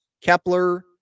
Kepler